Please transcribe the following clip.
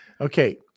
Okay